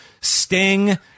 sting